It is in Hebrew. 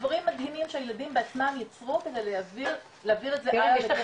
דברים מדהימים שהילדים בעצמם יצרו כדי להעביר את זה הלאה לחברים שלהם.